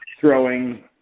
throwing